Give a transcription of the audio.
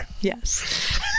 Yes